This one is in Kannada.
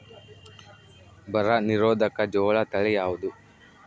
ಬರ ನಿರೋಧಕ ಜೋಳ ತಳಿ ಯಾವುದು?